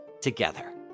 together